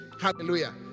hallelujah